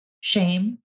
shame